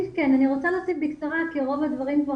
אני רוצה להוסיף בקצרה כי רוב הדברים כבר